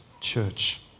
church